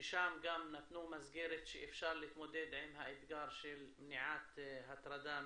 ששם גם נתנו מסגרת שאפשר להתמודד עם האתגר של מניעת הטרדה מינית.